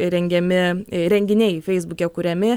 rengiami renginiai feisbuke kuriami